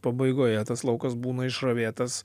pabaigoje tas laukas būna išravėtas